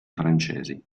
francesi